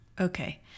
Okay